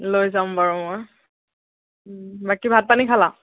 লৈ যাম বাৰু মই বাকী ভাত পানী খালা